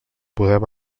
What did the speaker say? podem